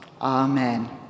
Amen